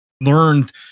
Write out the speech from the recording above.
learned